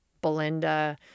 Belinda